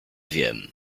wiem